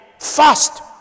fast